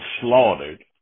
slaughtered